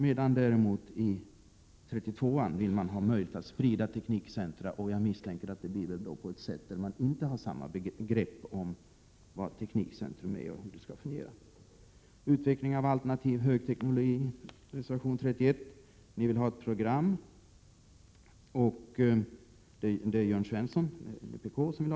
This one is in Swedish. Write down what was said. Jag förmodar att de ledamöter som står bakom reservationerna 31 och 32 inte har samma uppfattning om vad som är teknikcentra och hur dessa skall fungera. I reservation 33 föreslår Jörn Svensson ett program för utveckling av alternativ högteknologi.